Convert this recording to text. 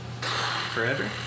Forever